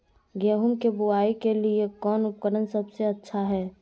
गेहूं के बुआई के लिए कौन उपकरण सबसे अच्छा है?